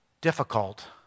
Difficult